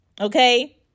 Okay